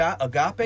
agape